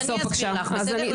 אז אני אסביר לך, בסדר?